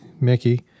Mickey